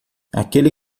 aquele